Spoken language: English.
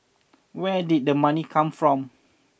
where did the money come from